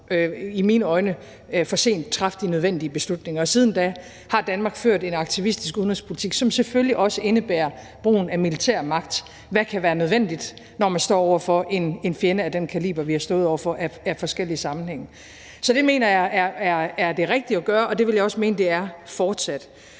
i mine øjne for sent traf de nødvendige beslutninger. Og siden da har Danmark ført en aktivistisk udenrigspolitik, som selvfølgelig også indebærer brugen af militær magt, som kan være nødvendigt, når man står over for en fjende af den kaliber, vi har stået over for i forskellige sammenhænge. Så det mener jeg er det rigtige at gøre, og det vil jeg også mene det fortsat